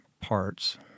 parts